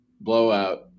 blowout